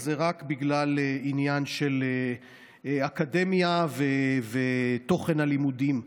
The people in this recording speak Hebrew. זה רק בגלל עניין של אקדמיה ותוכן הלימודים.